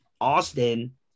Austin